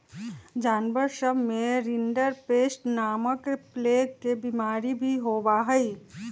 जानवर सब में रिंडरपेस्ट नामक प्लेग के बिमारी भी होबा हई